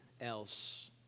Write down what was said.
else